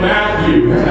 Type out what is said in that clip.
Matthew